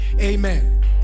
amen